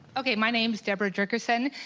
okay. my name is debra jerkerson.